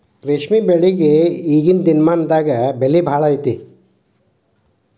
ರೇಶ್ಮೆ ಬೆಳಿಗೆ ಈಗೇನ ದಿನಮಾನದಾಗ ಬೆಲೆ ಭಾಳ ಐತಿ